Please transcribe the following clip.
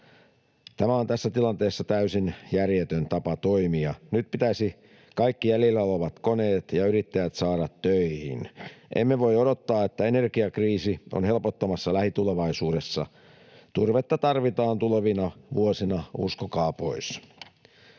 Tämä on tässä tilanteessa täysin järjetön tapa toimia. Nyt pitäisi kaikki jäljellä olevat koneet ja yrittäjät saada töihin. Emme voi odottaa, että energiakriisi on helpottamassa lähitulevaisuudessa. Turvetta tarvitaan tulevina vuosina, uskokaa pois.